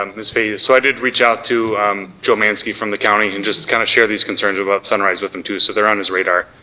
um ms. fahey. so i did reach out to joe mansky from the county and just kind of shared these concerns about sunrise with him too so they're on his radar.